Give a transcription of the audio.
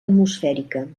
atmosfèrica